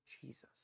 Jesus